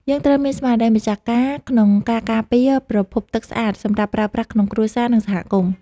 យើងត្រូវមានស្មារតីម្ចាស់ការក្នុងការការពារប្រភពទឹកស្អាតសម្រាប់ប្រើប្រាស់ក្នុងគ្រួសារ និងសហគមន៍។